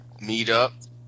meetup